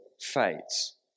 fades